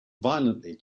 violently